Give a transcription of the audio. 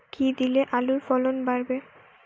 কী দিলে আলুর ফলন বাড়বে?